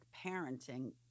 parenting